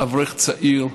אברך צעיר.